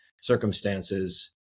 circumstances